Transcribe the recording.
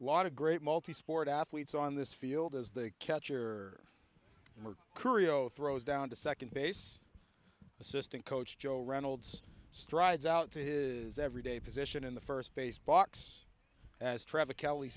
lot of great multisport athletes on this field as they capture more korea oh throws down to second base assistant coach joe reynolds strides out to his every day position in the first base box as trevor kelly